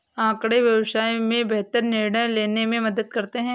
आँकड़े व्यवसाय में बेहतर निर्णय लेने में मदद करते हैं